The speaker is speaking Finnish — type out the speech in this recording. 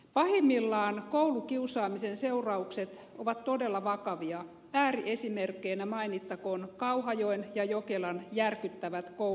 pahimmillaan koulukiusaamisen seuraukset ovat todella vakavia ääriesimerkkeinä mainittakoon kauhajoen ja jokelan järkyttävät kouluampumiset